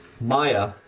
Maya